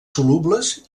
solubles